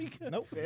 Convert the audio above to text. Nope